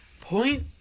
Point